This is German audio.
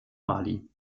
mali